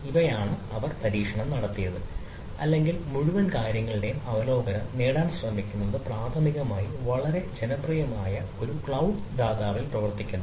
ഇവയാണ് അവർ പരീക്ഷണം നടത്തിയത് അല്ലെങ്കിൽ മുഴുവൻ കാര്യങ്ങളുടെയും അവലോകനം നേടാൻ ശ്രമിക്കുന്നത് പ്രാഥമികമായി വളരെ ജനപ്രിയമായ ഒരു ക്ലൌഡ് ദാതാവിൽ പ്രവർത്തിക്കുന്നു